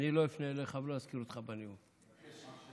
אני לא אפנה אליך ולא אזכיר אותך בנאום, מבטיח.